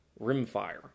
rimfire